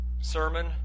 sermon